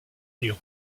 union